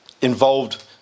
involved